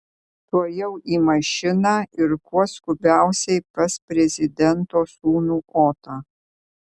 tuojau į mašiną ir kuo skubiausiai pas prezidento sūnų otą